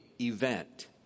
event